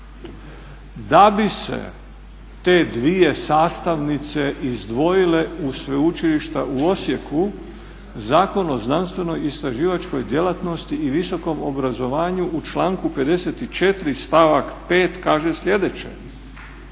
Da bi se te dvije sastavnice iz dvojile u sveučilišta u Osijek Zakon o znanstvenoj istraživačkoj djelatnosti i visokom obrazovanju u članku 54. stavak 5. kaže sljedeće: